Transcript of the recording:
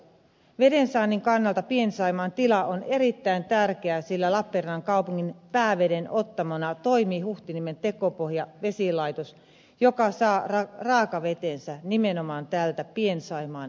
vedensaannin kannalta pien saimaan tila on erittäin tärkeä sillä lappeenrannan kaupungin päävedenottamona toimii huhtiniemen tekopohjavesilaitos joka saa raakavetensä nimenomaan täältä pien saimaan eteläosasta